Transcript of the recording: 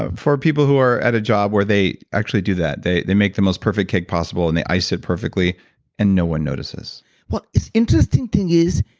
ah for people who are at a job where they actually do that. they they make the most perfect cake possible, and they ice it perfectly and no one notices but the interesting thing is,